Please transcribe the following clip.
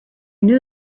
knew